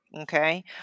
Okay